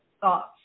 thoughts